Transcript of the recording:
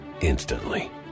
instantly